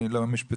אני לא משפטן,